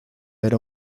era